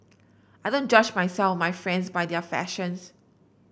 I don't judge myself my friends by their fashions